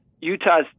Utah's